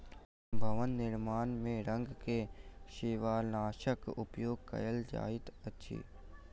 भवन निर्माण में रंग में शिवालनाशक उपयोग कयल जाइत अछि